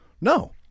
No